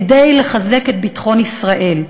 כדי לחזק את ביטחון ישראל.